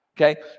Okay